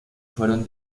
fueron